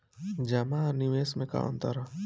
जमा आ निवेश में का अंतर ह?